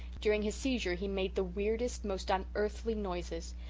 during his seizure he made the weirdest, most unearthly noises.